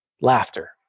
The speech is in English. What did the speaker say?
laughter